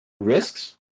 Risks